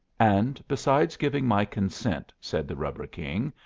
and besides giving my consent, said the rubber king,